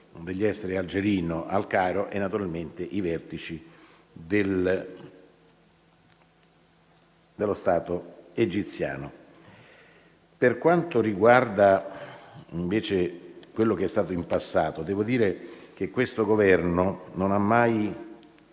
degli esteri algerino al Cairo e naturalmente i vertici dello Stato egiziano. Per quanto riguarda invece il passato, devo dire che questo Governo non ha mai